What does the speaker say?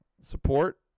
support